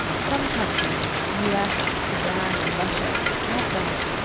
some countries, the u s, sudan and russia, have done it,